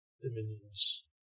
dominions